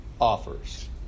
offers